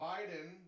Biden